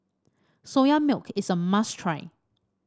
Soya Milk is a must try